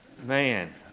Man